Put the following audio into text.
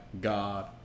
god